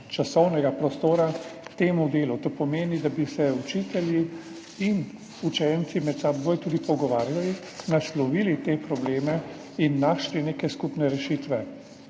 časovnega prostora, temu delu. To pomeni, da bi se učitelji in učenci med seboj tudi pogovarjali, naslovili te probleme in našli neke skupne rešitve.